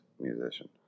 musician